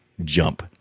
jump